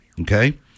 okay